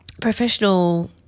professional